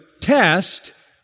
test